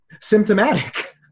symptomatic